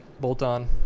Bolt-On